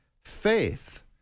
faith